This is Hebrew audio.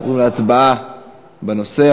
אנחנו עוברים להצבעה בנושא.